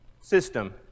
system